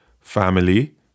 family